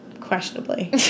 questionably